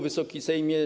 Wysoki Sejmie!